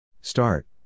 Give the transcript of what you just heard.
Start